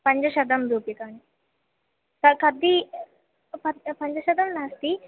पञ्चशतं रूप्यकाणि क कति पञ्चशतं नास्ति